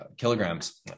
kilograms